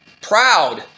Proud